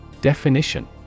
Definition